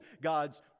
God's